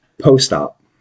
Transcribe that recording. Post-op